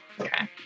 Okay